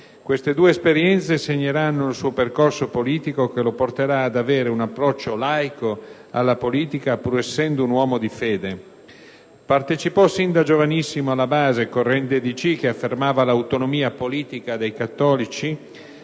Queste due esperienze segneranno il suo percorso politico, che lo porterà ad avere un approccio laico alla politica pur essendo un uomo di fede. Partecipò sin da giovanissimo alla Base, corrente DC che affermava l'autonomia politica dei cattolici